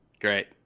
Great